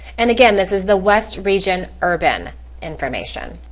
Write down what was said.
and again, this is the west region urban information.